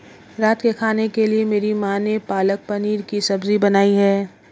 रात के खाने के लिए मेरी मां ने पालक पनीर की सब्जी बनाई है